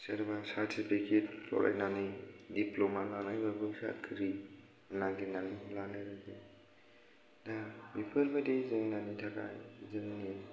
सोरबा सार्टिफिकेट फरायनानै डिप्लमा लानायबाबो साख्रि नागिरनानै लानो रोङाखै दा बेफोरबादि जेंनानि थाखाय जोंनि